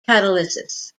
catalysis